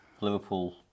Liverpool